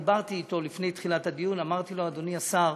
דיברתי אתו לפני תחילת הדיון ואמרתי לו: אדוני השר,